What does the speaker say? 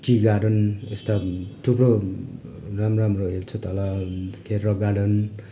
T garden यस्ता थुप्रो राम्रो राम्रोहरू छ तल रक गार्डन